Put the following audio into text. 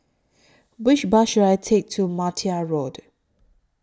Which Bus should I Take to Martia Road